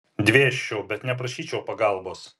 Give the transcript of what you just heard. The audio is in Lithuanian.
dvėsčiau bet neprašyčiau pagalbos